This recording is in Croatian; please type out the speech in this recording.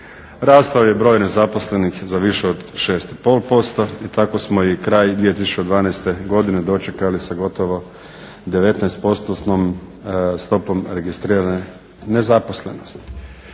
Rastao je broj nezaposlenih za više od 6,5% i tako smo i kraj 2012. godine dočekali sa gotovo 19%-tnom stopom registrirane nezaposlenosti.